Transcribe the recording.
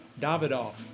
Davidoff